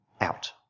out